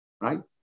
right